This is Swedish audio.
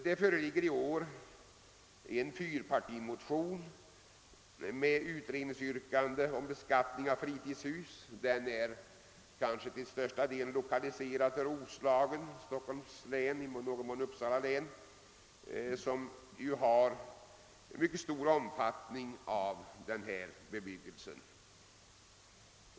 Det föreligger i år en fyrpartimotion med utredningsyrkande om beskattning av fritidshus, och den kan kanske till största delen lokaliseras till Roslagen, Stockholms län och i någon mån Uppsala län, vilka har mycket stor omfattning av detta slag av bebyggelse.